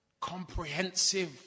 Comprehensive